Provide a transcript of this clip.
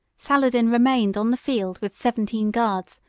saladin remained on the field with seventeen guards,